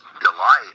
delight